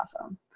awesome